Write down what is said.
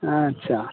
अच्छा